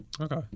Okay